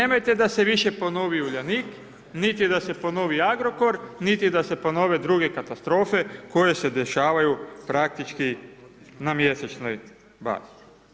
I nemojte da se više ponovi Uljanik, niti da se ponovi Agrokor, niti da se ponove druge katastrofe koje se dešavaju, praktički na mjesečnoj bazi.